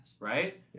right